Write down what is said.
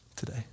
Today